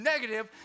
negative